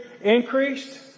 increased